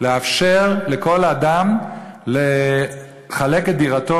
לאפשר לכל אדם לחלק את דירתו,